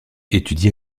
étudie